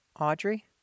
Audrey